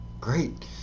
Great